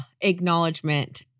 acknowledgement